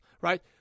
right